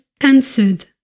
answered